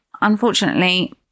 unfortunately